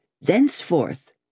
Thenceforth